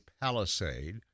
Palisade